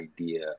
idea